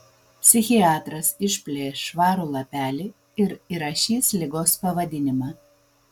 psichiatras išplėš švarų lapelį ir įrašys ligos pavadinimą